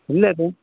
இல்லை